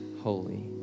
holy